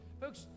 folks